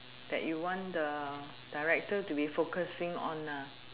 that you want the director to be focusing on ah